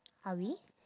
are we